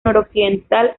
noroccidental